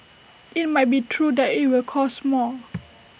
IT might be true that IT will cost more